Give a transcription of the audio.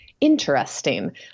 interesting